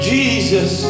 Jesus